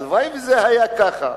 הלוואי שזה היה ככה.